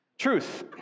Truth